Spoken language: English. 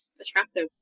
attractive